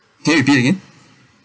can you repeat again